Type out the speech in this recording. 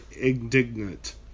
indignant